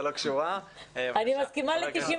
מכיוון שיושב-ראש הכנסת הנכבד ויושב-ראש ועדת הכנסת צריכים לצאת,